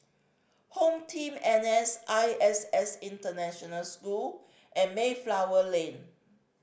HomeTeam N S I S S International School and Mayflower Lane